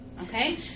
Okay